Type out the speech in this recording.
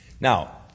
Now